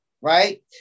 right